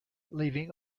leaving